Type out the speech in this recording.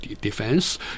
Defense